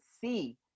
see